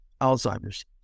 Alzheimer's